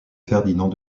ferdinand